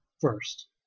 first